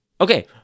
okay